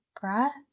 breath